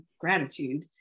gratitude